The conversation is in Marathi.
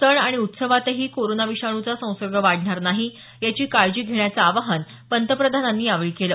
सण आणि उत्सवातही कोरोना विषाणूचा संसर्ग वाढणार नाही याची काळजी घेण्याचं आवाहन पंतप्रधानांनी यावेळी केलं